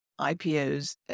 IPOs